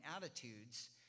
attitudes